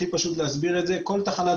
הכי פשוט להסביר את זה ולומר שכל תחנת